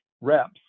reps